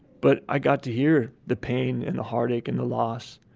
but i got to hear the pain and the heartache and the loss,